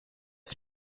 wie